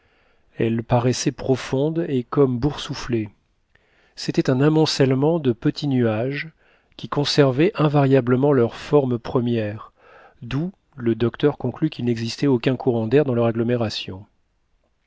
elle paraissait profonde et comme boursouflée c'était un amoncellement de petits nuages qui conservaient invariablement leur forme première d'où le docteur conclut qu'il n'existait aucun courant d'air dans leur agglomération